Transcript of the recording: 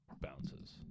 bounces